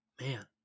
Man